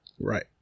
Right